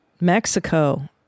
Mexico